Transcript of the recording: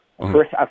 First